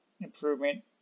improvement